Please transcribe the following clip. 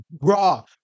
raw